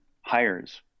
hires